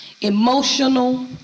emotional